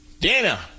Dana